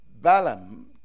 Balaam